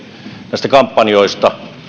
näistä kampanjoista